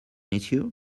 issue